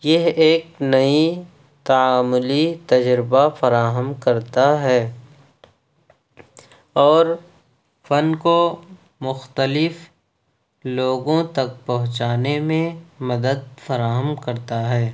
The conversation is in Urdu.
یہ ایک نئی تعاملی تجربہ فراہم کرتا ہے اور فن کو مختلف لوگوں تک پہنچانے میں مدد فراہم کرتا ہے